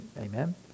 Amen